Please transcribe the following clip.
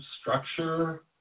structure